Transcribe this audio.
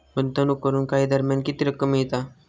गुंतवणूक करून काही दरम्यान किती रक्कम मिळता?